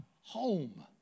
home